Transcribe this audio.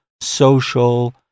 social